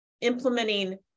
implementing